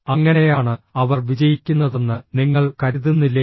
അങ്ങനെയാണ് അവർ വിജയിക്കുന്നതെന്ന് നിങ്ങൾ കരുതുന്നില്ലേ